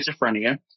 schizophrenia